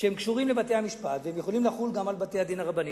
שקשורים לבתי-המשפט ויכולים לחול גם על בתי-הדין הרבניים,